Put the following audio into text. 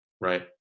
Right